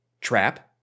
Trap